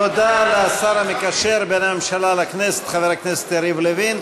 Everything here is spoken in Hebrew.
תודה לשר המקשר בין הממשלה לכנסת חבר הכנסת יריב לוין.